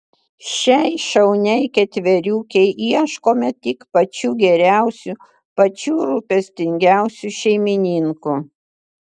šiai šauniai ketveriukei ieškome tik pačių geriausių pačių rūpestingiausių šeimininkų